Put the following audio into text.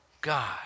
God